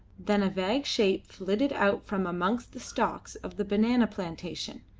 than a vague shape flitted out from amongst the stalks of the banana plantation,